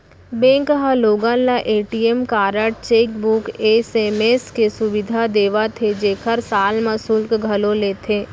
bank ह लोगन ल ए.टी.एम कारड, चेकबूक, एस.एम.एस के सुबिधा देवत हे जेकर साल म सुल्क घलौ लेथे